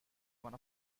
one